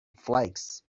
flakes